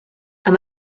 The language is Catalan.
amb